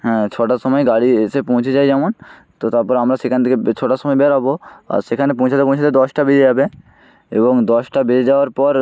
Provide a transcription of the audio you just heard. হ্যাঁ ছটার সময়ে গাড়ি এসে পৌঁছে যায় যেমন তো তারপর আমরা সেখান থেকে ছটার সময় বেড়াবো সেখানে পৌঁছাতে পৌঁছাতে দশটা বেজে যাবে এবং দশটা বেজে যাওয়ার পর